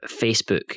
Facebook